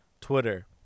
Twitter